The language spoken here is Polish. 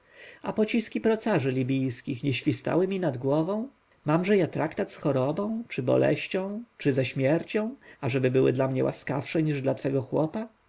a pociski procarzy libijskich nie świstały mi nad głową mamże ja traktat z chorobą czy boleścią czy ze śmiercią ażeby były dla mnie łaskawsze niż dla twojego chłopa